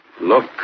Look